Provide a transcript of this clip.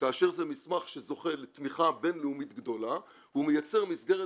כאשר זה מסמך שזוכה לתמיכה בינלאומית גדולה הוא מייצר מסגרת